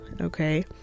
okay